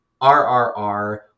rrr